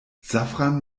safran